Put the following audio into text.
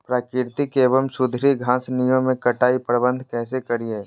प्राकृतिक एवं सुधरी घासनियों में कटाई प्रबन्ध कैसे करीये?